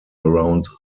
around